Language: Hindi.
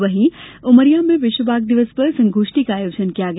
वहीं उमरिया में विश्व बाघ दिवस पर संगोष्ठी का आयोजन किया गया